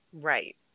Right